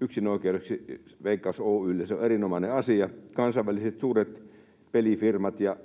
yksinoikeudeksi Veikkaus Oy:lle. Se on erinomainen asia. Kansainväliset suuret pelifirmat ja